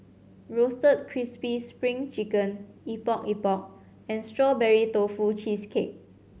Roasted Crispy Spring Chicken Epok Epok and Strawberry Tofu Cheesecake